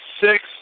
six